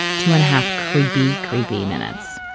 two and a half creepy, creepy minutes.